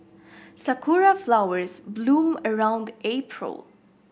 Sakura flowers bloom around April